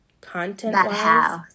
content-wise